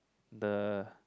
the